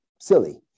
silly